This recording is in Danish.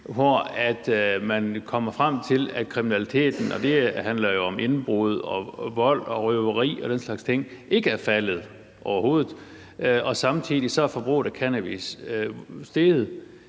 hvor man er kommet frem til, at kriminaliteten – og det handler jo om indbrud, vold, røveri og den slags ting – ikke er faldet overhovedet, og samtidig er forbruget af cannabis steget.